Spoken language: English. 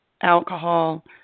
alcohol